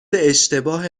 اشتباه